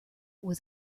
was